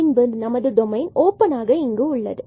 பின்பு நமது domain open ஆக இங்கு உள்ளது